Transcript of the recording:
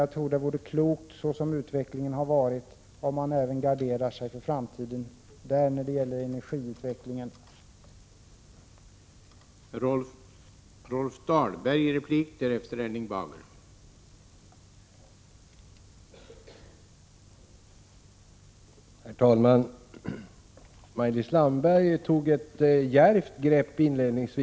Jag tror att det vore klokt, såsom energiutvecklingen har varit, att man garderar sig för framtiden även när det gäller energiförsörjningen i bostäder.